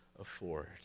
afford